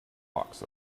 hawks